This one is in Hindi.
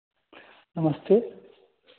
नमस्ते